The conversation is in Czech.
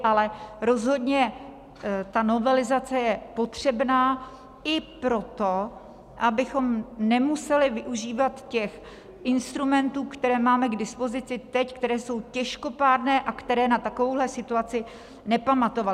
Ale rozhodně ta novelizace je potřebná i proto, abychom nemuseli využívat těch instrumentů, které máme k dispozici teď, které jsou těžkopádné a které na takovouhle situaci nepamatovaly.